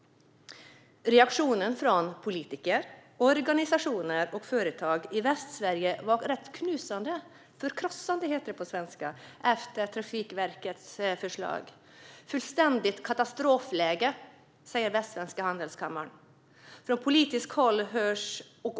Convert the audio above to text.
Reaktionen på Trafikverkets förslag från politiker, organisationer och företag i Västsverige var rätt förkrossande. Ständigt katastrofläge, säger Västsvenska Handelskammaren.